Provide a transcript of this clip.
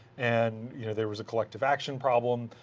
and you know there was a collective action problem.